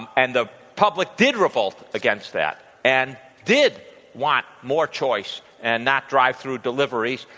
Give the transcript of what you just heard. and the public did revolt against that and did want more choice and not drive-through deliveries.